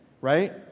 right